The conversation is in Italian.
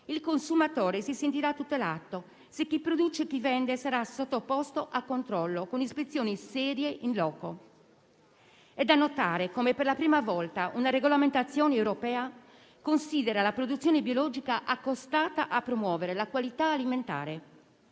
Il consumatore si sentirà tutelato, se chi produce e chi vende sarà sottoposto a controllo, con ispezioni serie *in loco*. È da notare come, per la prima volta, una regolamentazione europea consideri la produzione biologica, accostandola alla promozione della qualità alimentare.